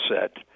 set